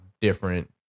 different